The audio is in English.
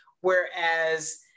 whereas